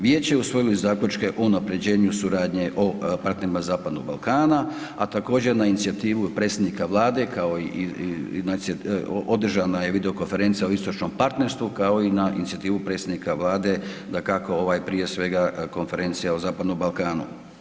Vijeće je usvojilo i zaključke o unapređenju suradnje o partnerima Zapadnog Balkana, a također na inicijativu predsjednika Vlada kao i održana je video konferencija o istočnom partnerstvu kao i na inicijativu predsjednika Vlade dakako ovaj prije svega konferencija o Zapadnom Balkanu.